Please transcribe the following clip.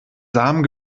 samen